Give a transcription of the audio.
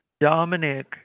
Dominic